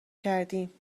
کردیم